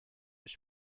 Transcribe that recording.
mich